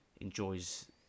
enjoys